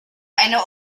eine